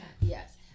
yes